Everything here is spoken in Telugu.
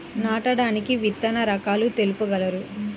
నాటడానికి విత్తన రకాలు తెలుపగలరు?